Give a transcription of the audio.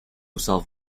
south